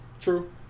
True